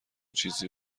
چیزی